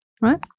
right